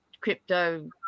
crypto